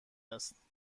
است